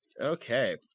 Okay